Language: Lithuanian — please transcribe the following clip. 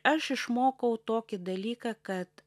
aš išmokau tokį dalyką kad